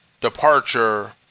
departure